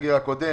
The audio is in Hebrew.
ובסגר הקודם,